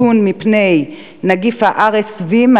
חיסון מפני נגיף ה-RSV,